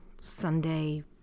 Sunday